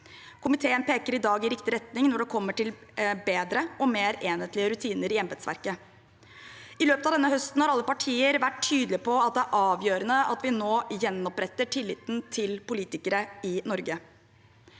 Komiteen peker i dag i riktig retning når det gjelder bedre og mer enhetlige rutiner i embetsverket. I løpet av denne høsten har alle partier vært tydelige på at det er avgjørende at vi nå gjenoppretter tilliten til politikere i Norge.